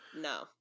no